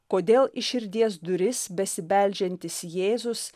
kodėl į širdies duris besibeldžiantis jėzus